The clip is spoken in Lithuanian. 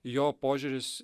jo požiūris